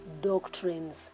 doctrines